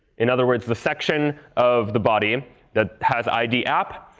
in other words, the section of the body that has id app.